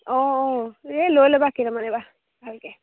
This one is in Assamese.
অঁ অঁ এই লৈ ল'বা কেইটামানে এইবাৰ ভালকে